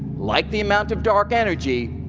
like the amount of dark energy,